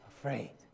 afraid